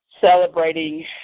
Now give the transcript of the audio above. celebrating